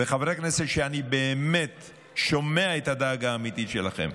וחברי כנסת שאני באמת שומע את הדאגה האמיתית שלכם: